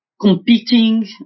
competing